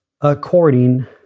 according